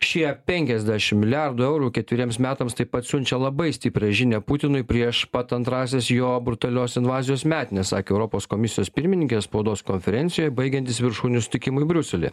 šie penkiasdešim milijardų eurų ketveriems metams taip pat siunčia labai stiprią žinią putinui prieš pat antrąsias jo brutalios invazijos metines sakė europos komisijos pirmininkė spaudos konferencijoj baigiantis viršūnių susitikimui briuselyje